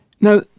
Now